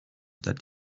that